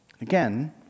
Again